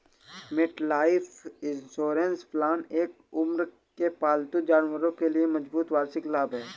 MetLife insurance plan एक सभी उम्र के पालतू जानवरों के लिए मजबूत वार्षिक लाभ है